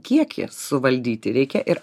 kiekį suvaldyti reikia ir